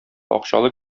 акчалы